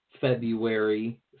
February